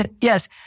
Yes